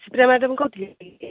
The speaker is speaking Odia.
ସିପ୍ରା ମ୍ୟାଡ଼ାମ୍ କହୁଥିଲେ କି